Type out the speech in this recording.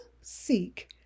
seek